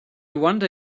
wonder